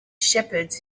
shepherds